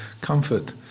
comfort